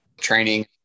training